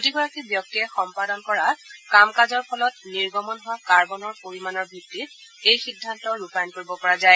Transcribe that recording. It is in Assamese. প্ৰতিগৰাকী ব্যক্তিয়ে সম্পাদন কৰা কাম কাজৰ ফলত নিৰ্গমণ হোৱা কাৰ্বনৰ পৰিমানৰ ভিত্তিত এই সিদ্ধান্ত ৰূপাষণ কৰিব পৰা যায়